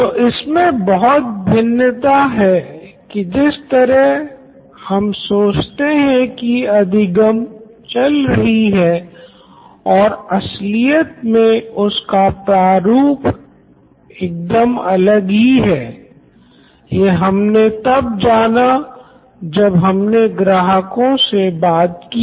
तो इसमें बहुत भिन्नता हैं की जिस तरह हम सोचते हैं की अधिगम चल रही है और असलियत में उसका प्रारूप एकदम अलग ही है ये हमने तब जाना जब हमने ग्राहकों से बात की